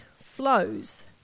flows